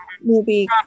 movie